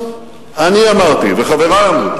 אני אמרתי וחברי אמרו,